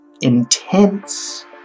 intense